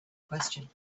question